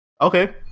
okay